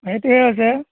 সেইটোৱেই হৈছে